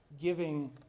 giving